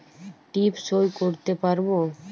টিপ সই করতে পারবো?